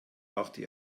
dachte